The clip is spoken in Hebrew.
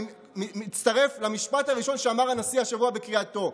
אני מצטרף למשפט הראשון שאמר הנשיא השבוע בקריאתו.